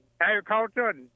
agriculture